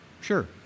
Sure